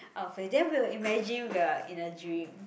our face then we'll imagine we are in a dream